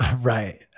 Right